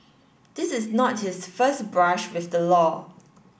this is not his first brush with the law